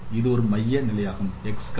இது ஒரு மைய நிலையாகும் x y